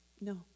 no